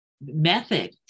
method